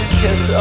kiss